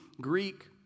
Greek